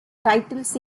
titles